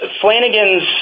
Flanagan's